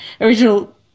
original